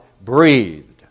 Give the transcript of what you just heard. breathed